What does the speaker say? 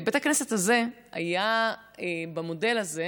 בית הכנסת הזה היה במודל הזה